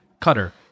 cutter